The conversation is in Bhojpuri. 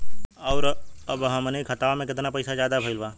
और अब हमनी के खतावा में कितना पैसा ज्यादा भईल बा?